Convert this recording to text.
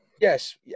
Yes